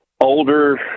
older